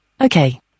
Okay